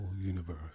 universe